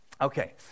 Okay